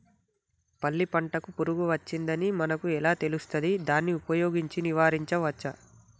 పల్లి పంటకు పురుగు వచ్చిందని మనకు ఎలా తెలుస్తది దాన్ని ఉపయోగించి నివారించవచ్చా?